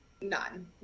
None